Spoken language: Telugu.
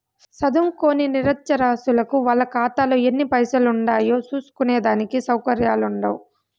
సదుంకోని నిరచ్చరాసులకు వాళ్ళ కాతాలో ఎన్ని పైసలుండాయో సూస్కునే దానికి సవుకర్యాలుండవ్